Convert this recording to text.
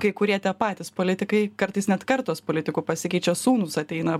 kai kurie tie patys politikai kartais net kartos politikų pasikeičia sūnūs ateina